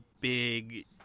big